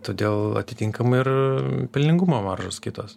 todėl atitinkamai ir pelningumo maržos kitos